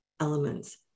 elements